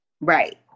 Right